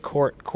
Court